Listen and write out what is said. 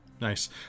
Nice